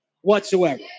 whatsoever